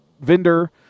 vendor